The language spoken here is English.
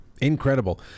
Incredible